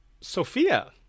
Sophia